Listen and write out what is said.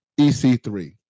EC3